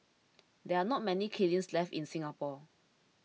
there are not many kilns left in Singapore